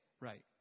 right